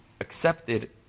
accepted